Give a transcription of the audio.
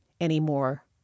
anymore